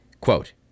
quote